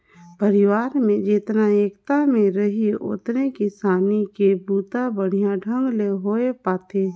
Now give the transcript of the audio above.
परिवार में जेतना एकता में रहीं ओतने किसानी के बूता बड़िहा ढंग ले होये पाथे